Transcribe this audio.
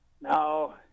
No